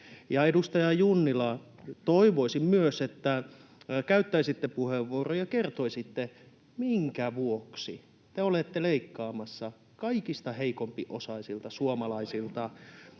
Edustaja Junnila, toivoisin myös, että käyttäisitte puheenvuoron ja kertoisitte, minkä vuoksi te olette leikkaamassa kaikista heikompiosaisilta suomalaisilta.